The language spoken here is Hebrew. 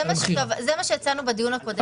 זה מה שהצענו בדיון הקודם.